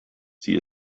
sie